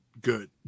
good